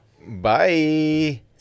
Bye